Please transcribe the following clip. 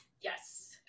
yes